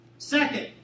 second